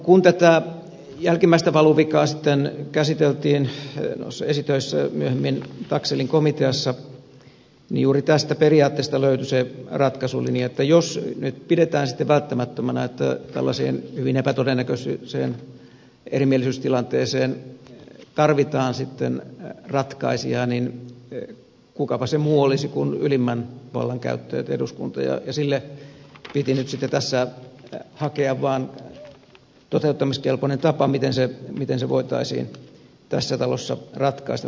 kun tätä jälkimmäistä valuvikaa sitten käsiteltiin noissa esitöissä myöhemmin taxellin komiteassa niin juuri tästä periaatteesta löytyi se ratkaisulinja että jos nyt pidetään sitten välttämättömänä että tällaiseen hyvin epätodennäköiseen erimielisyystilanteeseen tarvitaan sitten ratkaisijaa niin kukapa se muu olisi kuin ylimmän vallan käyttäjä eduskunta ja sille piti nyt sitten tässä hakea vaan toteuttamiskelpoinen tapa miten se voitaisiin tässä talossa ratkaista